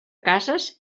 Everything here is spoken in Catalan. cases